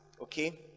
okay